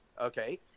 Okay